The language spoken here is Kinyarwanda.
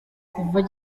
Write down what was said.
kuva